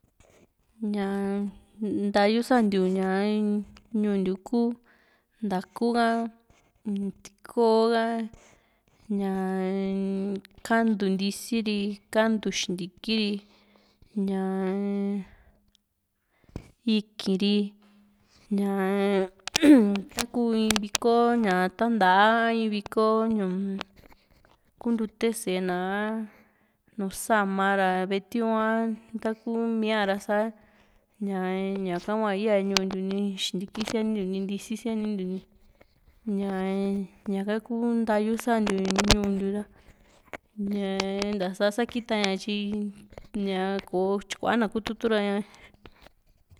Ñaa ntayu santiu ñuu ntiu ku ntaa´ku ha, tiko ha, ñaa kantu ntisi ri, kantu xintiki ri, ñaa ikii ri, ñaa ˂noise˃ taku in viko ña ta´ntaa in voko kuntute sée na, nùù sa´ma ra v´e tiu´n a ntakumia ra sa ña ñaa ka hua ya ñuu ntiu ni xintiki siani ntiuni, ni ntisi siani ntiuni ña ña´ka kuu ntayu santiu ñuu ntiu ra ñaa ntasa sa kita ña tyi ko tyikuana kututu ra ña.